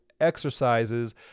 exercises